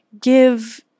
give –